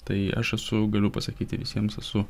tai aš esu galiu pasakyti visiems esu